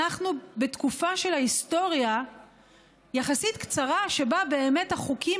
אנחנו בתקופה של היסטוריה יחסית קצרה שבה באמת החוקים